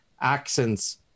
accents